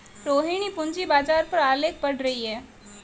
रोहिणी पूंजी बाजार पर आलेख पढ़ रही है